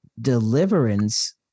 deliverance